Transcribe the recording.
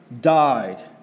died